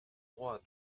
droit